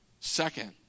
Second